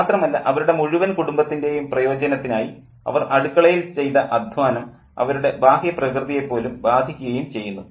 മാത്രമല്ല അവരുടെ മുഴുവൻ കുടുംബത്തിൻ്റെയും പ്രയോജനത്തിനായി അവർ അടുക്കളയിൽ ചെയ്ത അദ്ധ്വാനം അവരുടെ ബാഹ്യ പ്രകൃതിയെ പോലും ബാധിക്കുകയും ചെയ്യുന്നു